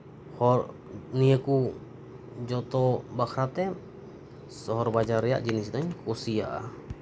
ᱦᱚᱨ ᱱᱤᱭᱟᱹ ᱠᱚ ᱡᱚᱛᱚ ᱵᱟᱠᱷᱨᱟᱛᱮ ᱥᱚᱦᱚᱨ ᱵᱟᱡᱟᱨ ᱨᱮᱭᱟᱜ ᱡᱤᱱᱤᱥ ᱫᱚᱧ ᱠᱩᱥᱤᱭᱟᱜᱼᱟ